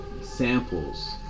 samples